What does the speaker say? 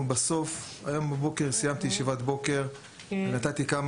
היום בבוקר סיימתי ישיבת בוקר ונתתי כמה